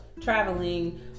traveling